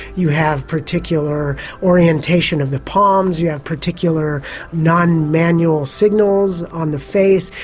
you have particular orientation of the palms, you have particular non-manual signals on the face,